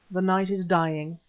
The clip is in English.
the night is dying,